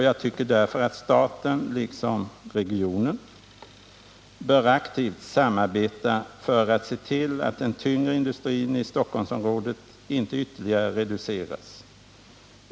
Jag tycker därför att staten, liksom regionen, bör aktivt samarbeta för att se till att den tyngre industrin i Stockholmsområdet inte ytterligare reduceras.